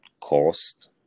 cost